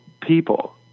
people